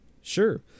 Sure